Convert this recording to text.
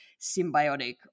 symbiotic